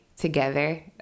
together